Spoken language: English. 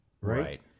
Right